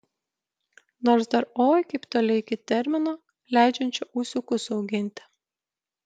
nors dar oi kaip toli iki termino leidžiančio ūsiukus auginti